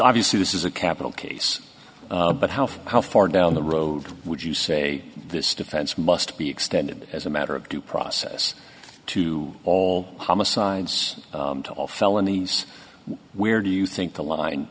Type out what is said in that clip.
see this is a capital case but how how far down the road would you say this defense must be extended as a matter of due process to all homicides to all felonies where do you think the line